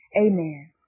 Amen